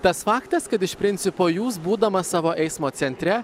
tas faktas kad iš principo jūs būdamas savo eismo centre